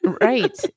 Right